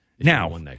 Now